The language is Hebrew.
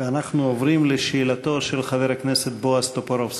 ואנחנו עוברים לשאלתו של חבר הכנסת בועז טופורובסקי.